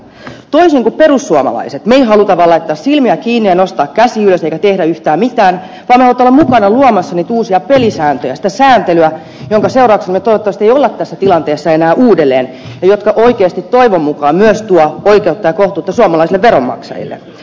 toisin kuin perussuomalaiset me emme halua vain laittaa silmiä kiinni ja nostaa käsiä ylös ja olla tekemättä yhtään mitään vaan me haluamme olla mukana luomassa niitä uusia pelisääntöjä sitä sääntelyä jonka seurauksena me toivottavasti emme ole tässä tilanteessa enää uudelleen ja joka oikeasti toivon mukaan myös tuo oikeutta ja kohtuutta suomalaisille veronmaksajille